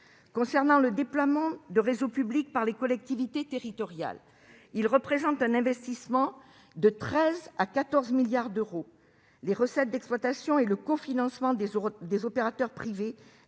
général. Le déploiement de réseaux publics par les collectivités territoriales représente un investissement de 13 milliards à 14 milliards d'euros. Les recettes d'exploitation et le cofinancement des opérateurs privés